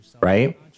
Right